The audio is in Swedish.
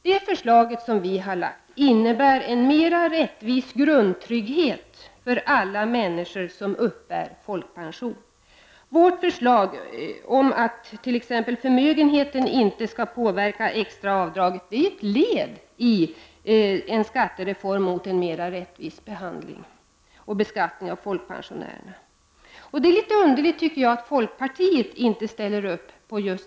Det förslag som vi har lagt fram innebär en mera rättvis grundtrygghet för alla människor som uppbär folkpension. Vårt förslag om att t.ex. förmögenheten inte skall påverka extraavdraget är ett led i en skattereform mot en mer rättvis beskattning av folkpensionärerna. Det är underligt att folkpartiet inte ställer upp här.